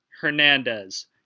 Hernandez